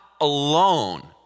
alone